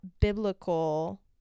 biblical